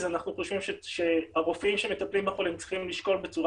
אנחנו חושבים שהרופאים שמטפלים בחולים צריכים לשקול בצורה